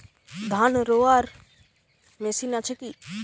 ধান রোয়ার মেশিন আছে কি?